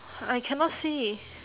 I cannot see